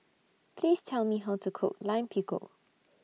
Please Tell Me How to Cook Lime Pickle